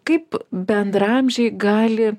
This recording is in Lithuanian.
kaip bendraamžiai gali